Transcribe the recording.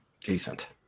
Decent